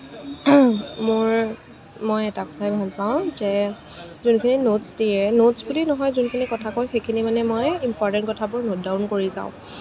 মোৰ মই এটা কথাই ভাল পাওঁ যে যোনখিনি নোটছ দিয়ে নোটছ বুলি নহয় যোনখিনি কথা কয় সেইখিনি মানে মই ইম্প'ৰ্টেণ্ট কথাবোৰ নোট ডাউন কৰি যাওঁ